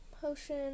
potion